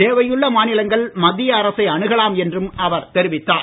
தேவையுள்ள மாநிலங்கள் மத்திய அரசை அணுகலாம் என்றும் அவர் தெரிவித்தார்